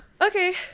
Okay